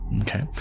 Okay